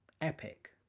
epic